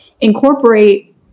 Incorporate